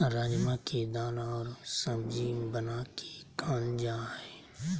राजमा के दाल और सब्जी बना के खाल जा हइ